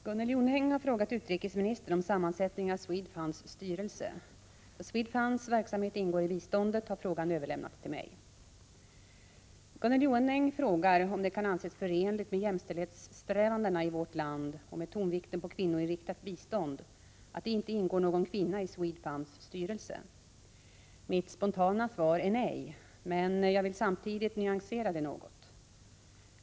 Herr talman! Gunnel Jonäng har frågat utrikesministern om sammansättningen av Swedfunds styrelse. Då Swedfunds verksamhet ingår i biståndet har frågan överlämnats till mig. Gunnel Jonäng frågar, om det kan anses förenligt med jämställdhetssträvandena i vårt land och med tonvikten på kvinnoinriktat bistånd, att det inte ingår någon kvinna i Swedfunds styrelse. Mitt spontana svar är nej, men jag vill samtidigt nyansera något.